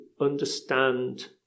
understand